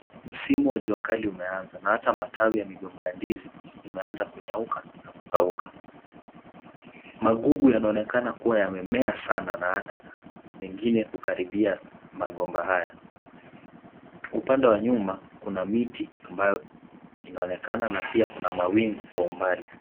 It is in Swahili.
Msimu wa jua kali umeanza na hata matawi ya migomba ya ndizi imeanza kunyauka na kukauka. Magugu yanaonekana kuwa yamemea sana, na hata mengine kukaribia magomba haya. Upande wa nyuma kuna miti ambayo inaonekana na pia kuna mawingu kwa umbali.